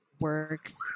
works